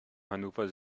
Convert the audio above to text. hannover